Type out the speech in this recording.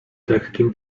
lekkim